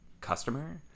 customer